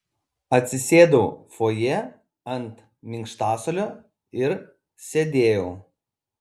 atsisėdau fojė ant minkštasuolio ir sėdėjau